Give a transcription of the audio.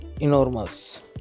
Enormous